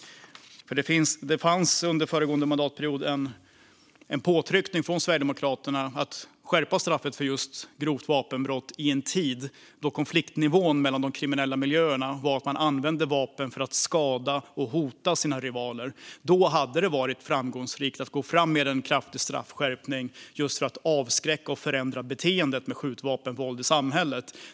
Det skedde under föregående mandatperiod en påtryckning från Sverigedemokraterna för att skärpa straffet för grovt vapenbrott i en tid då konfliktnivån mellan de kriminella miljöerna var sådan att man använde vapen för att skada och hota sina rivaler. Då hade det varit framgångsrikt att gå fram med en kraftig straffskärpning för att avskräcka och förändra beteendet med skjutvapenvåld i samhället.